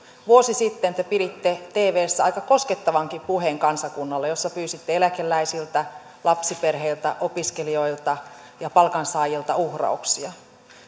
vuosi sitten te piditte tvssä aika koskettavankin puheen kansakunnalle jossa pyysitte eläkeläisiltä lapsiperheiltä opiskelijoilta ja palkansaajilta uhrauksia